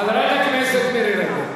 חברת הכנסת מירי רגב,